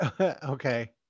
okay